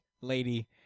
lady